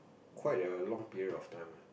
quit a long period of time ah